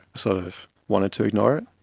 sort of wanted to ignore it.